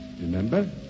Remember